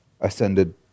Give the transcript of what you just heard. ascended